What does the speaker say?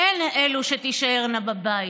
הן אלו שתישארנה בבית.